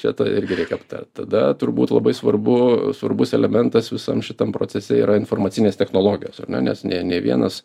čia tą irgi reikia aptart tada turbūt labai svarbu svarbus elementas visam šitam procese yra informacinės technologijos ar ne nes ne ne vienas